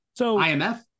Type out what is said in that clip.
IMF